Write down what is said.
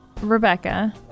Rebecca